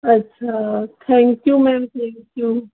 अछा thank you ma'am thank you